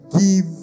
give